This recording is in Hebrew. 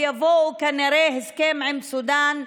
ויבוא כנראה הסכם עם סודאן,